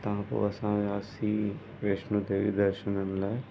हितां पोइ असां वियासीं वैष्णो देवी दर्शननि लाइ